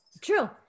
true